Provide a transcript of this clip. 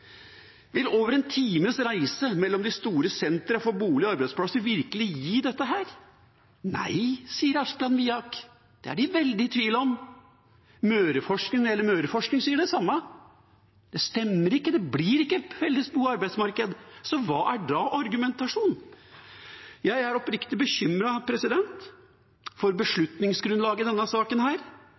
Nei, sier Asplan Viak, det er de veldig i tvil om. Møreforskning sier det samme. Det stemmer ikke, det blir ikke felles bo- og arbeidsmarked. Så hva er da argumentasjonen? Jeg er oppriktig bekymret for beslutningsgrunnlaget i denne saken.